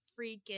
freaking